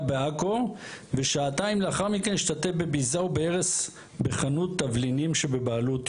בעכו ושעתיים לאחר מכן השתתף בביזה ובהרס בחנות תבלינים שבבעלות יהודי,